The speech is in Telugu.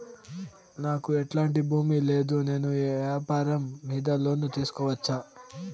నాకు ఎట్లాంటి భూమి లేదు నేను వ్యాపారం మీద లోను తీసుకోవచ్చా?